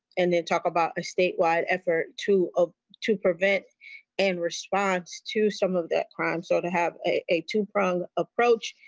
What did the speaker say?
and then talk about a statewide effort two of two prevents and responds to some of that and um so to have a two pronged approach.